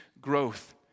growth